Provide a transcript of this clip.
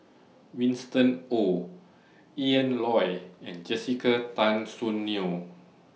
Winston Oh Ian Loy and Jessica Tan Soon Neo